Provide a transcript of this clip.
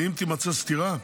ואם תימצא סתירה,